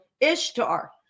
Ishtar